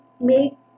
make